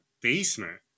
basement